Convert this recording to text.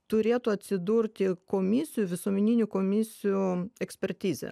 turėtų atsidurti komisijų visuomeninių komisijų ekspertizė